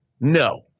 No